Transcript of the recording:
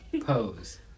Pose